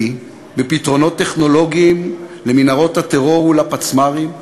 בפתרונות טכנולוגיים למנהרות הטרור ולפצמ"רים,